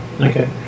Okay